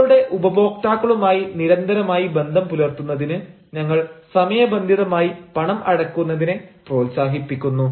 ഞങ്ങളുടെ ഉപഭോക്താക്കളുമായി നിരന്തരമായി ബന്ധം പുലർത്തുന്നതിന് ഞങ്ങൾ സമയബന്ധിതമായി പണം അടക്കുന്നതിനെ പ്രോത്സാഹിപ്പിക്കുന്നു